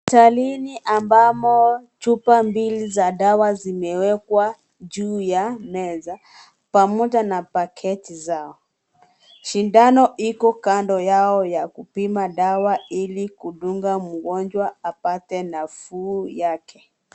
Hospitalini ambamo chupa mbili za dawa zimewekwa juu ya meza pamoja na paketi za. Sindano Iko kando yao ya kupima dawa Ili kumdunga mgonjwa apate nafuu yake.